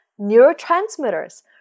neurotransmitters